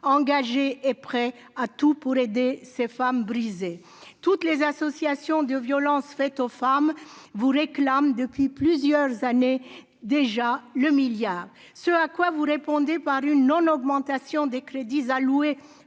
engagé et prêt à tout pour aider ces femmes brisé toutes les associations de violences faites aux femmes : vous voulez clame depuis plusieurs années déjà le milliard, ce à quoi vous répondez par une augmentation des crédits alloués